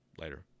Later